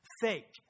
fake